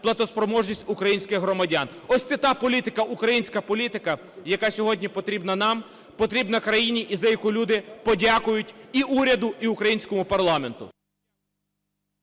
платоспроможність українських громадян. Ось це та політика, українська політика, яка сьогодні потрібна вам, потрібна країні і за яку люди подякують і уряду, і українському парламенту.